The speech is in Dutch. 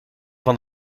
van